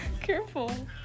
Careful